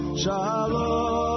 Shalom